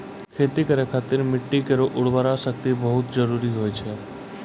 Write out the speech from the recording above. खेती करै खातिर मिट्टी केरो उर्वरा शक्ति बहुत जरूरी होय छै